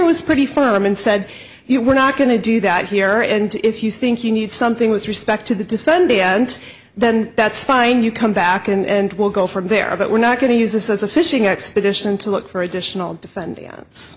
was pretty firm and said you were not going to do that here and if you think you need something with respect to the defendant then that's fine you come back and we'll go from there but we're not going to use this as a fishing expedition to look for additional